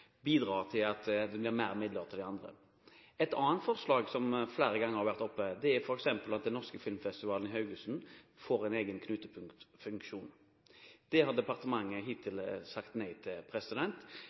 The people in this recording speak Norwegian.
andre. Et annet forslag som flere ganger har vært oppe, er at Den norske filmfestivalen i Haugesund får en egen knutepunktfunksjon. Det har departementet hittil